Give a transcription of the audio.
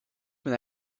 been